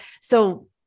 So-